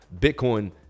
Bitcoin